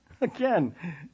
Again